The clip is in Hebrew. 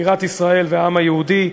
בירת ישראל והעם היהודי,